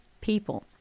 people